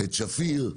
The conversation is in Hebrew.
את שפיר.